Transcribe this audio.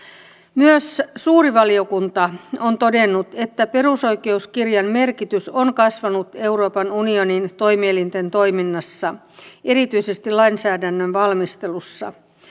myös suuri valiokunta on todennut että perusoikeuskirjan merkitys on kasvanut euroopan unionin toimielinten toiminnassa erityisesti lainsäädännön valmistelussa